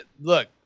look